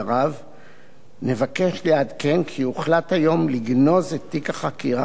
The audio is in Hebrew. נבקש לעדכן כי הוחלט היום לגנוז את תיק החקירה בעילה של